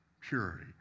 purity